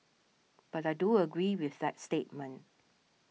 but I do agree with that statement